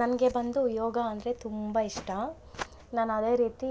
ನನಗೆ ಬಂದು ಯೋಗ ಅಂದರೆ ತುಂಬ ಇಷ್ಟ ನಾನು ಅದೇ ರೀತೀ